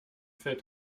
fällt